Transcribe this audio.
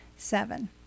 Seven